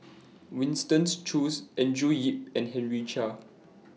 Winston Choos Andrew Yip and Henry Chia